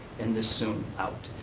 and this soon out.